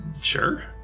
Sure